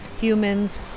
humans